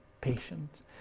patient